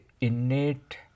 innate